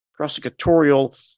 prosecutorial